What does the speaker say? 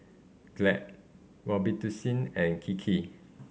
Glad Robitussin and Kiki